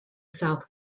south